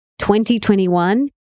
2021